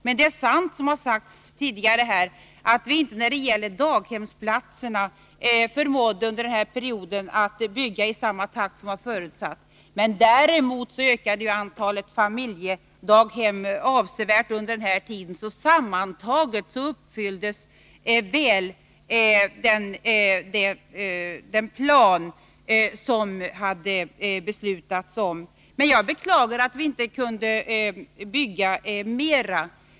Men det är också sant, som det har sagts tidigare här, att vi när det gäller daghemsplatserna under den här perioden inte förmådde att bygga i samma takt som var förutsatt. Däremot ökade antalet familjedaghem avsevärt under den här tiden, så sammantaget uppfylldes den plan väl som man hade beslutat om. Jag beklagar dock att vi inte kunde bygga mera.